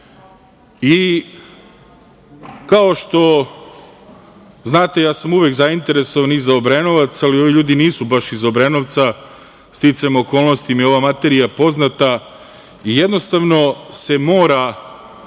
i kao što znate, ja sam uvek zainteresovan i za Obrenovac, ali ovi ljudi nisu baš iz Obrenovca, sticajem okolnosti mi je ova materija poznata i jednostavno se mora